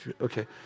Okay